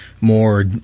more